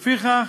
לפיכך